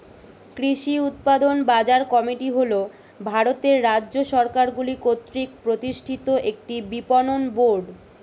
কৃষি উৎপাদন বাজার কমিটি হল ভারতের রাজ্য সরকারগুলি কর্তৃক প্রতিষ্ঠিত একটি বিপণন বোর্ড